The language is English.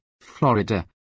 Florida